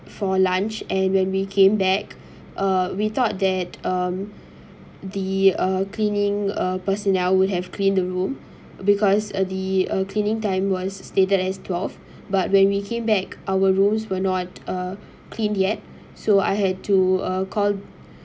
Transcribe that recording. for lunch and when we came back uh we thought that um the uh cleaning uh personnel would have clean the room because uh the uh cleaning time was stated as twelve but when we came back our rooms were not uh cleaned yet so I had to uh called